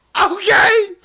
Okay